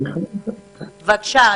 בבקשה.